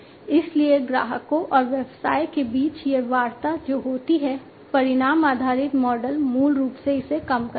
इसलिए ग्राहकों और व्यवसाय के बीच यह वार्ता जो होती है परिणाम आधारित मॉडल मूल रूप से इसे कम करता है